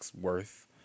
worth